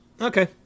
Okay